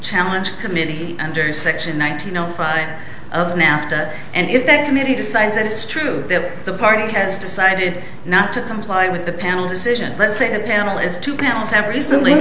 challenge committee under section one thousand and five of nafta and if that committee decides it is true that the party has decided not to comply with the panel's decision let's say the panel is to panels have recently